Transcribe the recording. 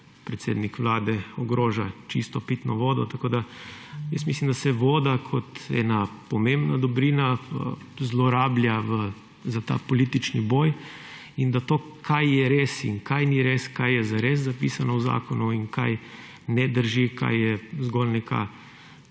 predsednik Vlade ogroža čisto pitno vodo. Tako mislim, da se voda kot ena pomembna dobrina zlorablja za ta politični boj in da to, kaj je res in kaj ni res, kaj je zares zapisano v zakonu in kaj ne drži, kaj je zgolj neka